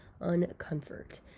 uncomfort